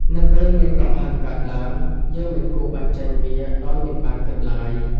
នៅពេលមានកំហឹងកើតឡើង យើងមិនគួរបញ្ចេញវាដោយមិនបានគិតឡើយ។